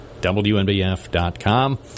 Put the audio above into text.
WNBF.com